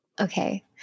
Okay